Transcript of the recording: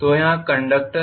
तो यहाँ भी कंडक्टर